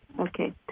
Okay